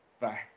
bye